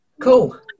Cool